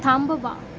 थांबवा